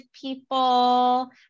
people